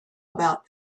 about